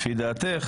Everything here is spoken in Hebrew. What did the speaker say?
לפי דעתך,